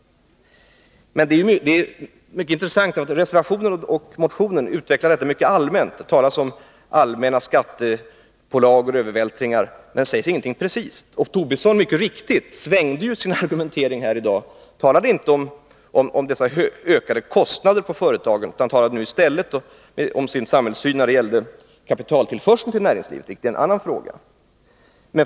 Det är mycket intressant att reservationen och motionen på denna punkt är mycket allmänt hållna. Det talas allmänt om skatter, pålagor och övervältringar, men det sägs ingenting precist. Och Lars Tobisson svängde mycket riktigt på sin argumentering här i dag. Han nämnde inte dessa ökade kostnader för företagen, utan nu talade han i stället om sin samhällssyn när det gäller kapitaltillförseln till näringslivet, vilket är en annan fråga.